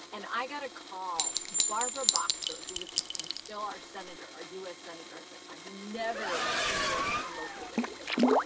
and i got a call. barbara boxer, who was was still our senator, our u s. senator at that time, who never endorsed in local races,